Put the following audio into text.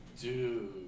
dude